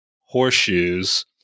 horseshoes